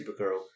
Supergirl